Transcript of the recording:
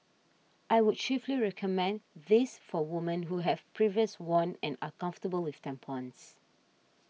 I would chiefly recommend this for women who have previous worn and are comfortable with tampons